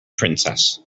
princess